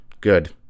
Good